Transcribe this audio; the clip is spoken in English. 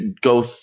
go